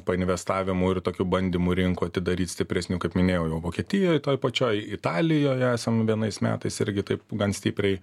painvestavimų ir tokių bandymų rinkų atidaryt stipresnių kaip minėjau jau vokietijoj toj pačioj italijoje esam vienais metais irgi taip gan stipriai